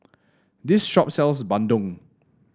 this shop sells bandung